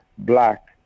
black